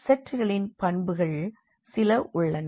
செட்களின் பண்புகள் சில உள்ளன